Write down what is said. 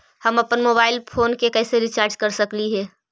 हम अप्पन mobile phone के कैसे रिचार्ज कर सकली हे?